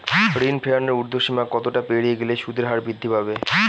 ঋণ ফেরানোর উর্ধ্বসীমা কতটা পেরিয়ে গেলে সুদের হার বৃদ্ধি পাবে?